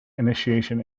initiation